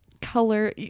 color